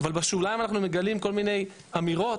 אבל בשוליים אנחנו מגלים כל מיני אמירות